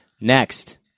Next